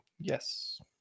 yes